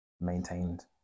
maintained